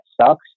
sucks